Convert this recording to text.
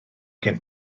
gen